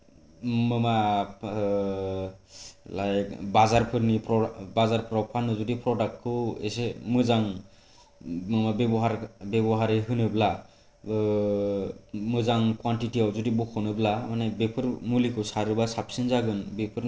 like बाजारफोरनि बाजारफोराव फाननो जुदि प्रडाक्टखौ एसे मोजां बेबहारि होनोब्ला मोजां खुवानटिटियाव जुदि बखनोब्ला माने बेफोर मुलिफोरखौ सारोब्ला साबसिन जागोन बेफोरनि